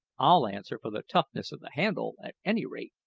i'll answer for the toughness of the handle, at any rate!